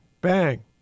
bang